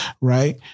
Right